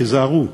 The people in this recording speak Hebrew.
תיזהרו,